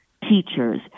teachers